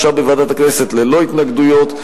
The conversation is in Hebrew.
אושר בוועדת הכנסת ללא התנגדויות.